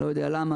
אני לא יודע למה,